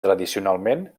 tradicionalment